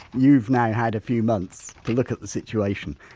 you've now had a few months to look at the situation,